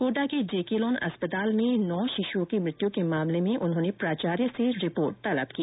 कोटा के जेकेलॉन अस्पताल में नौ शिशुओं की मृत्यु के मामले में उन्होंने प्राचार्य से रिपोर्ट तलब की